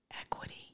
equity